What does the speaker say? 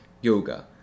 yoga